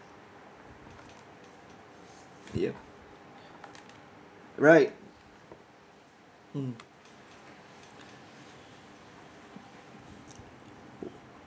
ya right mm